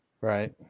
Right